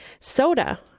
soda